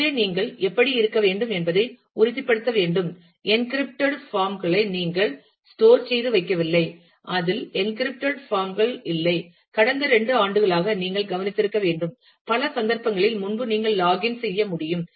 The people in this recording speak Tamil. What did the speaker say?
எனவே நீங்கள் எப்படி இருக்க வேண்டும் என்பதை உறுதிப்படுத்த வேண்டும் என்கிரிப்டட் பாம் களை நீங்கள் ஸ்டோர் செய்து வைக்கவில்லை அதில் என்கிரிப்டட் பாம் கள் இல்லை கடந்த இரண்டு ஆண்டுகளாக நீங்கள் கவனித்திருக்க வேண்டும் பல சந்தர்ப்பங்களில் முன்பு நீங்கள் லாக் இன் செய்ய முடியும்